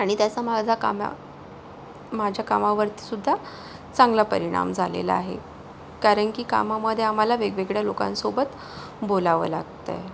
आणि त्याचा माझा कामा माझ्या कामावरतीसुद्धा चांगला परिणाम झालेला आहे कारण की कामामध्ये आम्हाला वेगवेगळ्या लोकांसोबत बोलावं लागतं आहे